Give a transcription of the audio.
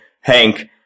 Hank